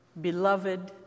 beloved